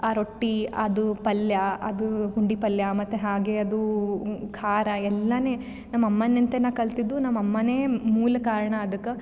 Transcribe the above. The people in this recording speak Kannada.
ಆ ರೊಟ್ಟಿ ಅದು ಪಲ್ಯ ಅದು ಪುಂಡಿ ಪಲ್ಯ ಮತ್ತೆ ಹಾಗೆ ಅದೂ ಖಾರ ಎಲ್ಲವೇ ನಮ್ಮ ಅಮ್ಮಾನಿಂದೇ ನಾ ಕಲ್ತಿದ್ದು ನಮ್ಮ ಅಮ್ಮನೇ ಮೂಲ ಕಾರಣ ಅದಕ್ಕೆ